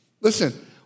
Listen